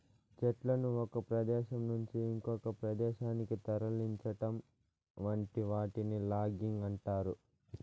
చెట్లను ఒక ప్రదేశం నుంచి ఇంకొక ప్రదేశానికి తరలించటం వంటి వాటిని లాగింగ్ అంటారు